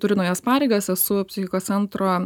turiu naujas pareigas esu psichikos centro